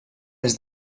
des